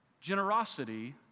Generosity